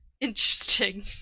Interesting